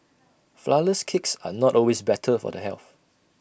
Flourless Cakes are not always better for the health